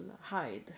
hide